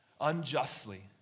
unjustly